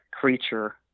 creature